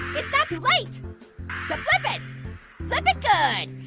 it's not to late to flip it flip it good